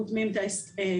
חותמים על ההסכמים.